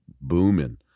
booming